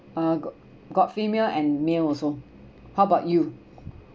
uh got got female and male also how about you